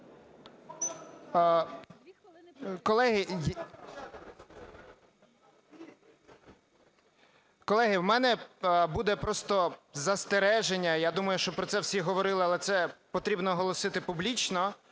Колеги, у мене буде просто застереження. Я думаю, що про це всі говорили, але це потрібно оголосити публічно.